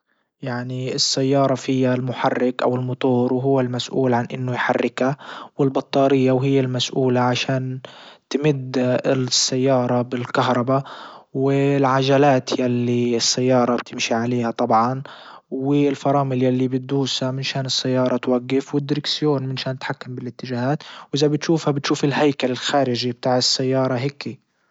يعني السيارة فيها المحرك او الموتور وهو المسؤول عن انه يحركا والبطارية وهي المسؤولة عشان تمد السيارة بالكهربا والعجلات يلي السيارة بتمشي عليها طبعا والفرامل يلي بتدوسها مشان السيارة توقف والدركسيون مشان نتحكم بالاتجاهات وازا بتشوفها بتشوف الهيكل الخارجي بتاع السيارة هيكي.